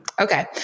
Okay